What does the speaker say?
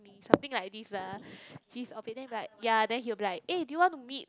something like this lah ya then he'll be like eh do you want to meet